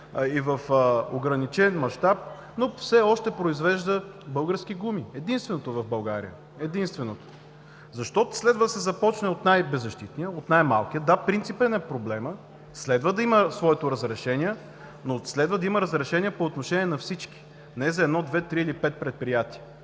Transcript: и в ограничен мащаб, но все още произвежда български гуми. Единственото в България, единственото! Защо следва да се започне от най-беззащитния, от най-малкия? Да, принципен е проблемът, следва да има своето разрешение, но следва да има разрешение по отношение на всички. Не за едно, две, три или пет предприятия,